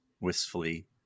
wistfully